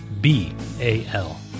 B-A-L